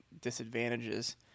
disadvantages